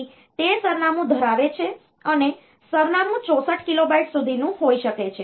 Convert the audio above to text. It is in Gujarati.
તેથી તે સરનામું ધરાવે છે અને સરનામું 64 કિલોબાઈટ સુધીનું હોઈ શકે છે